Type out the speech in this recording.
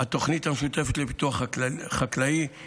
התוכנית המשותפת לפיתוח חקלאי,